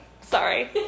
Sorry